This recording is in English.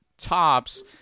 tops